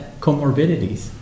comorbidities